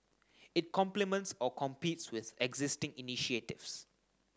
it complements or competes with existing initiatives